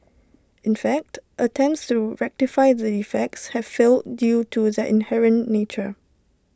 in fact attempts to rectify the defects have failed due to their inherent nature